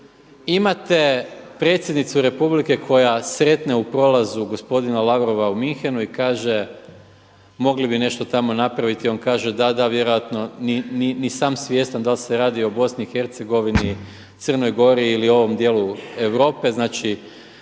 Imate Predsjednicu Republike koja sretne u prolazu gospodina Lavrova u Münchenu i kaže mogli bi tamo nešto napraviti. On kaže da, da vjerojatno ni sam svjestan dal' se radi o Bosni i Hercegovini, Crnoj Gori ili ovom dijelu Europe. Znači